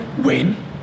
win